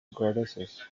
goddesses